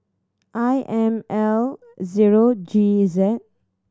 I M L zero G Z